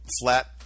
flat